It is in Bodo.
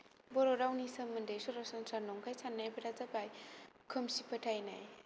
बर' रावनि सोमोन्दै सरासनस्रा नंखाय सान्नायफ्रा जाबाय खोमसि फोथायनाय